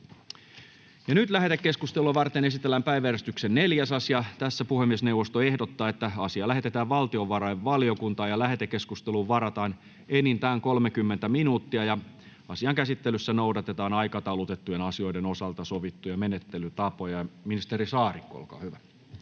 Lähetekeskustelua varten esitellään päiväjärjestyksen 4. asia. Puhemiesneuvosto ehdottaa, että asia lähetetään valtiovarainvaliokuntaan. Lähetekeskusteluun varataan enintään 30 minuuttia. Asian käsittelyssä noudatetaan aikataulutettujen asioiden osalta sovittuja menettelytapoja. — Ministeri Saarikko, olkaa hyvä.